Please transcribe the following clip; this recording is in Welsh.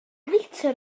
litr